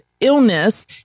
illness